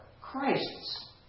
Christ's